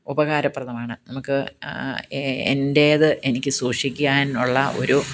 ഉപകാരപ്രദമാണ് നമുക്ക് എൻ്റേത് എനിക്ക് സൂക്ഷിക്കാൻ ഉള്ള ഒരു